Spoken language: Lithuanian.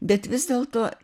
bet vis dėlto